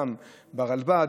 גם ברלב"ד,